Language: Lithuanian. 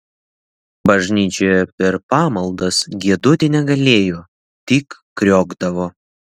bažnyčioje per pamaldas giedoti negalėjo tik kriokdavo